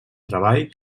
treball